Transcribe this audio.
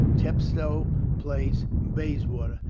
chepstow place, bayswater.